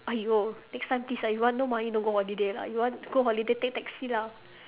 !aiyo! next time please ah you want no money don't go holiday lah you want go holiday take taxi lah